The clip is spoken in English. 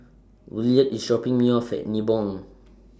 Williard IS dropping Me off At Nibong